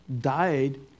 died